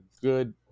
good